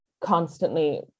constantly